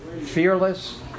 fearless